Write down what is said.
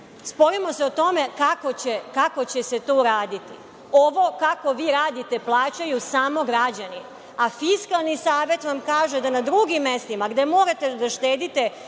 Sporimo se o tome kako će se to uraditi. Ovo kako vi radite plaćaju samo građani, a Fiskalni savet vam kaže da na drugim mestima, gde morate da štedite,